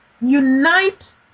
unite